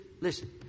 listen